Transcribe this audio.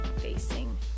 facing